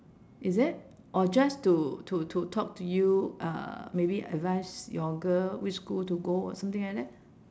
is it or just to to to talk to you uh maybe advise your girl which school to go or something like that